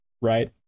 right